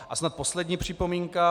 A snad poslední připomínka.